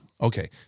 Okay